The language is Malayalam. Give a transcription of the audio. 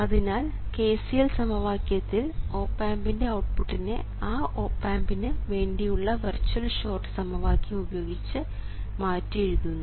അതിനാൽ KCL സമവാക്യത്തിൽ ഓപ് ആമ്പിൻറെ ഔട്ട്പുട്ടിനെ ആ ഓപ് ആമ്പിനു വേണ്ടിയുള്ള വെർച്വൽ ഷോർട്ട് സമവാക്യം ഉപയോഗിച്ച് മാറ്റിയെഴുതുന്നു